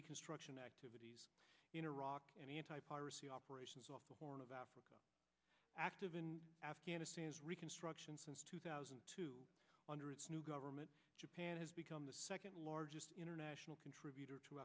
reconstruction activities in iraq and anti piracy operations off the horn of africa active in afghanistan's reconstruction since two thousand two hundred new government japan has become the second largest international contributor to